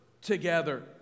together